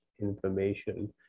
information